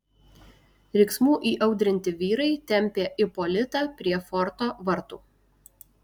riksmų įaudrinti vyrai tempė ipolitą prie forto vartų